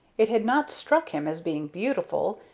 it had not struck him as being beautiful,